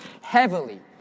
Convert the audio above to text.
heavily